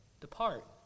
depart